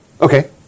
Okay